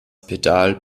pedal